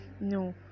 No